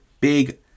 big